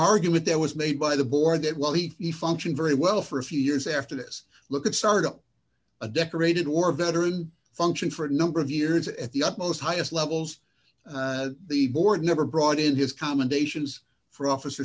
argument that was made by the board that well he function very well for a few years after this look at start up a decorated war veteran function for a number of years at the utmost highest levels the board never brought in his commendations for officer